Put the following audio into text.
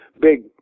big